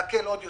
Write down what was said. להקל עוד יותר.